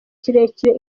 kirekire